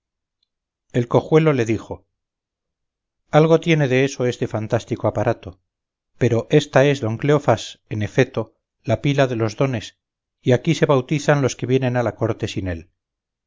el cojuelo le dijo algo tiene de eso este fantástico aparato pero ésta es don cleofás en efeto la pila de los dones y aquí se bautizan los que vienen a la corte sin él